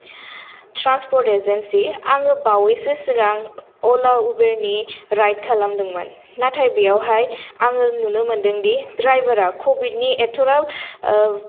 transport agency आङो बावैसो सिगां अला इउबेर नि राइद खालामदोंमोन नाथाय बेयावहाय आङो नुनो मोनदों दि द्रायबारा कभिड नि एथग्राब